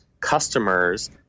customers